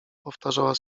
powtarzała